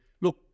look